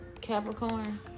Capricorn